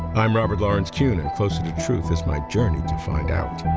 i'm robert lawrence kuhn, and closer to truth is my journey to find out.